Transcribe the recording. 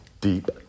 deep